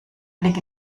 blick